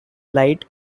light